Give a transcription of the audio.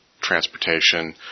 transportation